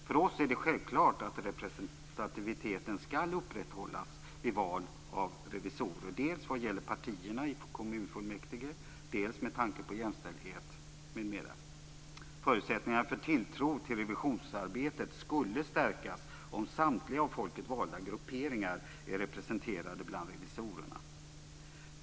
För oss är det självklart att representativiteten skall upprätthållas vid val av revisorer dels vad gäller partierna i kommunfullmäktige, dels med tanke på jämställdhet m.m. Förutsättningarna för tilltro till revisionsarbetet skulle stärkas om samtliga av folket valda grupperingar är representerade bland revisorerna.